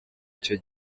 icyo